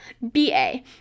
BA